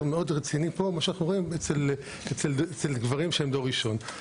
מאוד רציני אצל גברים שהם דור ראשון.